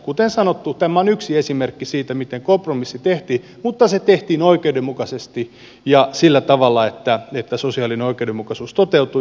kuten sanottu tämä on yksi esimerkki siitä miten kompromissi tehtiin mutta se tehtiin oikeudenmukaisesti ja sillä tavalla että sosiaalinen oikeudenmukaisuus toteutui